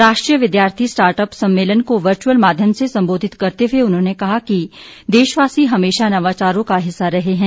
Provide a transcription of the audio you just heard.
राष्ट्रीय विद्यार्थी र्स्टाटअप सम्मेलन को वर्च्यअल माध्यम से संबोधित करते हए उन्होंने कहा कि देशवासी हमेशा नवाचारों का हिस्सा रहे हैं